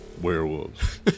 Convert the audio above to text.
werewolves